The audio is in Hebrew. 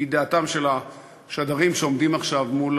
לידיעתם של השדרים שעומדים עכשיו מול